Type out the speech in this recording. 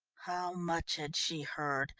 how much had she heard?